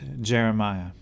Jeremiah